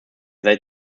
seit